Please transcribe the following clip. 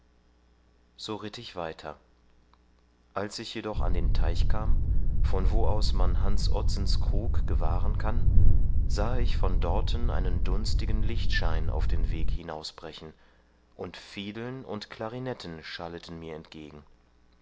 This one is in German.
so ritt ich weiter als ich jedoch an den teich kam von wo aus man hans ottsens krug gewahren kann sahe ich von dorten einen dunstigen lichtschein auf den weg hinausbrechen und fiedeln und klarinetten schalleten mir entgegen